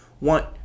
want